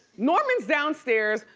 norman's downstairs,